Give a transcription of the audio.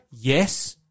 Yes